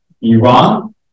Iran